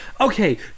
Okay